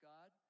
God